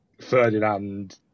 Ferdinand